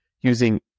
using